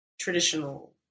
traditional